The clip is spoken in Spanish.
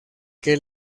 que